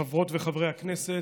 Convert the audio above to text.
חברות וחברי הכנסת,